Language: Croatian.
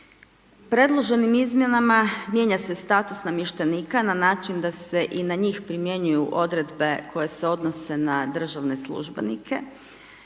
Predloženim izmjenama mijenja se status namještenika na način da se i na njih primjenjuju odredbe koje se odnose na državne službenike